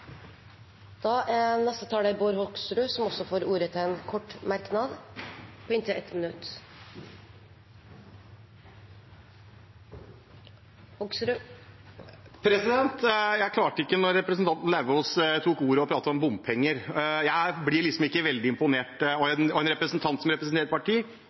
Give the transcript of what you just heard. får ordet til en kort merknad, begrenset til 1 minutt. Jeg klarte ikke å la være når representanten Lauvås tok ordet og pratet om bompenger. Jeg blir ikke veldig imponert over en som representerer et parti